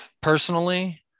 personally